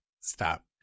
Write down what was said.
stop